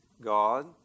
god